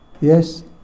yes